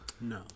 No